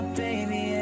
baby